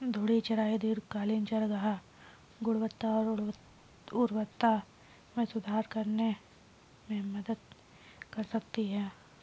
घूर्णी चराई दीर्घकालिक चारागाह गुणवत्ता और उर्वरता में सुधार करने में मदद कर सकती है